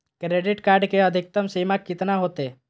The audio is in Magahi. क्रेडिट कार्ड के अधिकतम सीमा कितना होते?